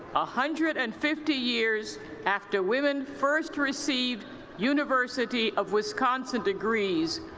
ah hundred and fifty years after women first received university of wisconsin degrees,